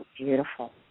beautiful